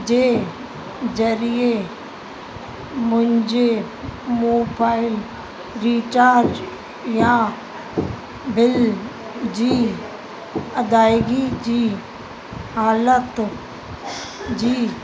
जे ज़रिए मुंहिंजे mobile recharge या बिल जी अदाइगी जी हालति जी